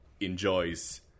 enjoys